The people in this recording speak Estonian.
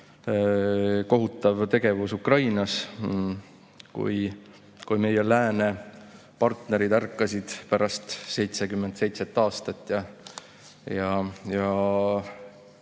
kohutav tegevus Ukrainas, kui meie lääne partnerid ärkasid pärast 77 aastat.